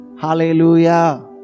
Hallelujah